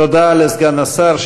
תודה לסגן השר.